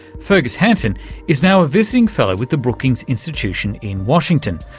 fergus hanson is now a visiting fellow with the brookings institution in washington,